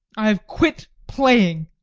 i have quit playing.